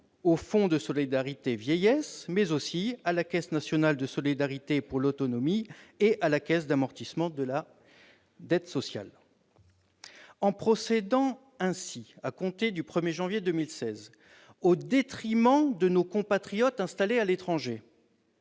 au Fonds de solidarité vieillesse, le FSV, mais aussi à la Caisse nationale de solidarité pour l'autonomie, la CNSA, et à la Caisse d'amortissement de la dette sociale, la CADES. En procédant ainsi à compter du 1 janvier 2016, au détriment de nos compatriotes installés à l'étranger,